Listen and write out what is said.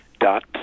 dot